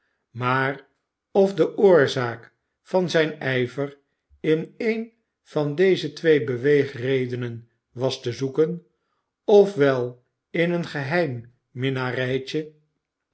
maar of de oorzaak van zijn ijver in een van deze twee beweegredenen was te zoeken of wel in een geheim